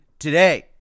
today